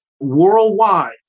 worldwide